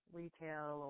Retail